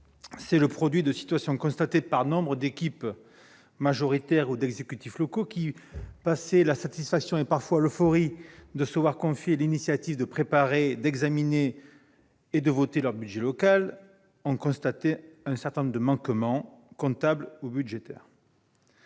C'est le résultat de situations constatées par nombre d'équipes majoritaires et d'exécutifs locaux, qui, passé la satisfaction et parfois l'euphorie de se voir confier l'initiative de préparer, d'examiner et de voter leur budget local, relèvent un certain nombre de manquements comptables ou budgétaires.